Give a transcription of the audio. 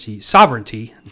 sovereignty